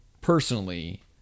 personally